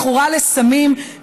מכורה לסמים,